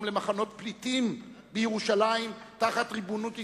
למחנות פליטים בירושלים תחת ריבונות ישראל.